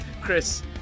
Chris